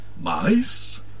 Mice